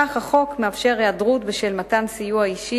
כך החוק מאפשר היעדרות בשל מתן סיוע אישי